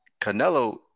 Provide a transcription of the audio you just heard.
Canelo